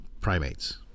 primates